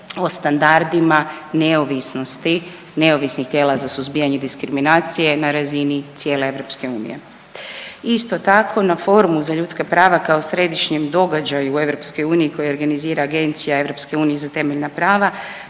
o standardima neovisnosti, neovisnih tijela za suzbijanje diskriminacije na razini cijele EU. Isto tako, na forumu za ljudska prava kao središnjem događaju EU koja organizira Agencija EU za temeljna prava,